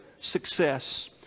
success